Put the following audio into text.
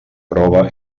prova